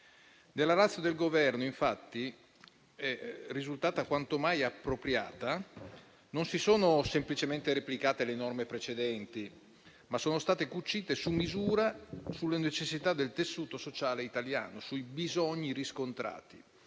La *ratio* del Governo è risultata quanto mai appropriata: non si sono semplicemente replicate le norme precedenti, ma sono state cucite su misura sulle necessità del tessuto sociale italiano e sui bisogni riscontrati.